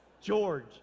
George